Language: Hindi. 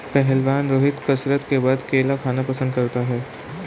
पहलवान रोहित कसरत के बाद केला खाना पसंद करता है